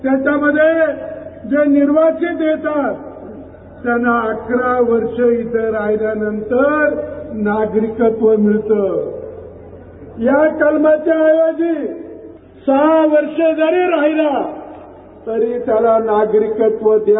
ज्याच्यामध्ये जे निर्वाचित येतात त्यांना इथ अकरा वर्ष राहील्यानंतर नागरीकत्व मिळतं या कलमाच्या ऐवजी सहा वर्ष जरी राहीला तरी त्याला नागरिकत्व द्या